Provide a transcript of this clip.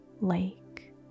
lake